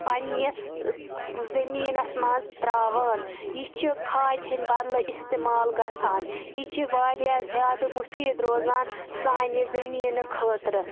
پنٛنہِ زمیٖنَس منٛز ترٛاوان یہِ چھِ خادِ ہِنٛدۍ بدلہٕ استعمال گژھان یہِ چھِ واریاہ زیادٕ مُفیٖد روزان سانہِ زمیٖنہٕ خٲطرٕ